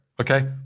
okay